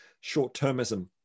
short-termism